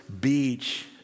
beach